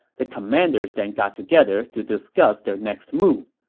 the commanders then got together to discuss their next move,